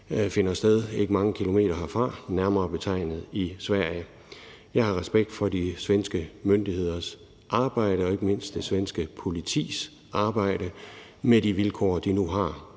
finder sted ikke mange kilometer herfra, nærmere betegnet i Sverige. Jeg har respekt for de svenske myndigheders arbejde og ikke mindst det svenske politis arbejde med de vilkår, de nu har.